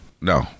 No